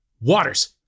Waters